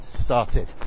started